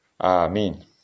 Amen